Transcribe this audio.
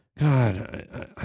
God